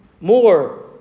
more